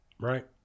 right